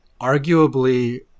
arguably